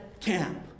camp